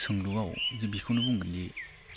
सोंलुआव बेखौनो बुंगोन दि